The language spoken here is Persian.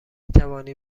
توانی